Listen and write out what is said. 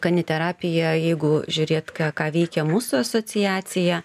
kaniterapija jeigu žiūrėt ką ką veikia mūsų asociacija